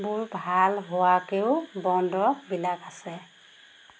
বোৰ ভাল হোৱাকেও বন দৰৱবিলাক আছে